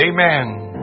Amen